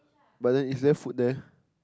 but then is there food there